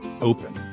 Open